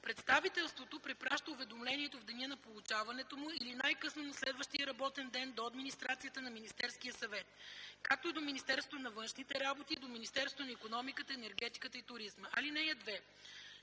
представителството препраща уведомлението в деня на получаването му или най-късно на следващия работен ден до администрацията на Министерския съвет, както и до Министерството на външните работи и до Министерството на икономиката, енергетиката и туризма. (2) В деня